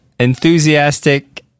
enthusiastic